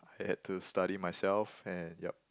had to study myself and yup